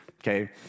okay